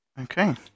Okay